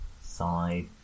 Side